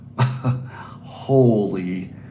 Holy